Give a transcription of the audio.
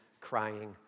crying